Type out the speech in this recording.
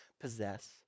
possess